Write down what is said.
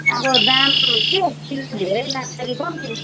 अब दाम के तिमी धेरै लान्छौ कि कम्ती